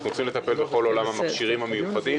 אנחנו רוצים לטפל בכל עולם המכשירים המיוחדים,